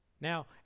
Now